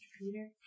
Peter